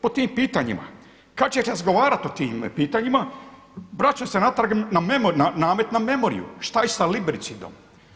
Po tim pitanjima kada ćeš razgovarati o tim pitanjima, vraćam se natrag na namet na memoriju, šta je sa libricidom?